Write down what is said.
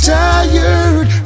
tired